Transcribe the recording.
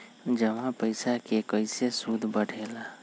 जमा पईसा के कइसे सूद बढे ला?